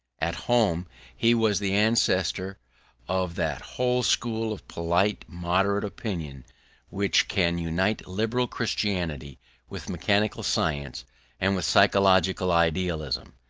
at home he was the ancestor of that whole school of polite moderate opinion which can unite liberal christianity with mechanical science and with psychological idealism.